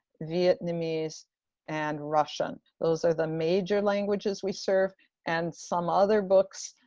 vietnamese and russian. those are the major languages we serve and some other books,